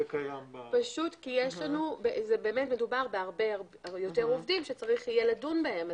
פשוט כי מדובר בהרבה יותר עובדים שצריך יהיה לדון בהם.